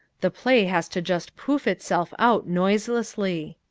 the play has to just poof itself out noiselessly.